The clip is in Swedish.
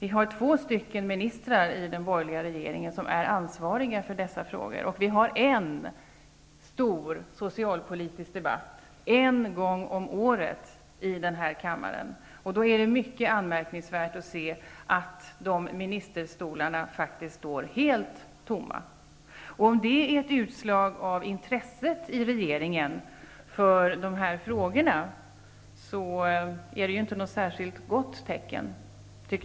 I den borgerliga regeringen finns två ministrar som är ansvariga för dessa frågor. Vi har en stor socialpolitisk debatt en gång om året i den här kammaren. Då är det mycket anmärkningsvärt att se att ministerstolarna står tomma. Om det är ett utslag av regeringens intresse för dessa frågor är det inget särskilt gott tecken.